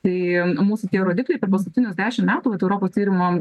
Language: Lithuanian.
tai mūsų tie rodikliai per paskutinius dešimt metų vat europos tyrimo